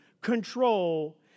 control